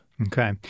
Okay